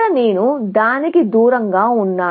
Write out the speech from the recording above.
నేను దానికి దూరంగా ఉన్నాను